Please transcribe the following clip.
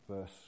verse